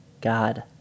God